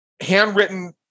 handwritten